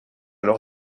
leur